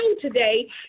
today